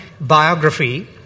biography